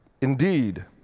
indeed